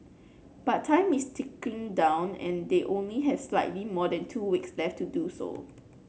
but time is ticking down and they only have slightly more than two weeks left to do so